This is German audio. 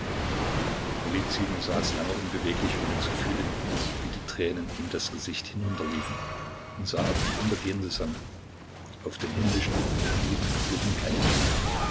saß lange unbeweglich ohne zu fühlen wie die tränen ihm das gesicht hinunterliefen und sah auf die untergehende sonne auf den himmlischen mit blut gefüllten kelch